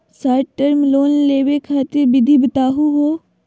Short term loan लेवे खातीर विधि बताहु हो?